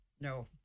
No